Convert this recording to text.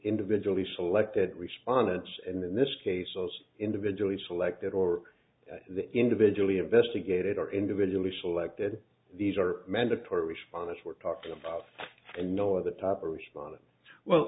individually selected responded in this case us individually selected or the individually investigated or individually selected these are mandatory responses we're talking about and no other top responded well